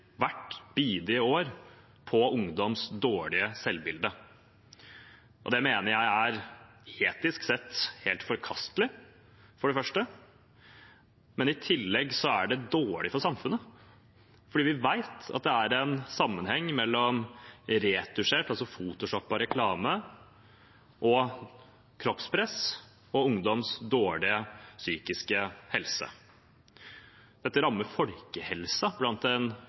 hvert bidige år på ungdoms dårlige selvbilde. Det mener jeg er etisk sett helt forkastelig – for det første. I tillegg er det dårlig for samfunnet fordi vi vet at det er en sammenheng mellom retusjert, altså photoshoppet, reklame, kroppspress og ungdoms dårlige psykiske helse. Dette rammer folkehelsen hos en